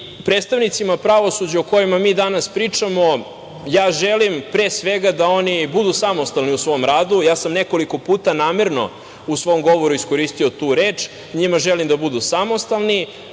shvate. Predstavnicima pravosuđa o kojima mi danas pričamo ja želim, pre svega, da oni budu samostalni u svom radu. Ja sam nekoliko puta namerno u svom govoru iskoristio tu reč, njima želim da budu samostalni,